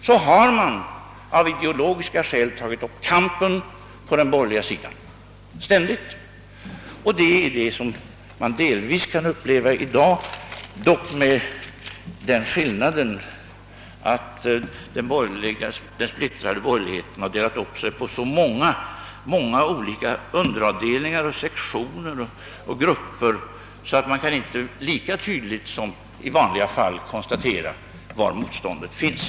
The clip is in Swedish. Detta kan man delvis uppleva också i dag, dock med den skillnaden att den splittrade borgerligheten har delat upp sig på så många olika underavdelningar, sektioner och grupper, att man inte lika tydligt som i vanliga fall kan konstatera var moståndet finns.